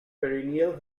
perennial